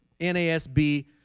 NASB